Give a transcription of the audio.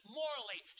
morally